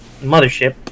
Mothership